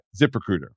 ZipRecruiter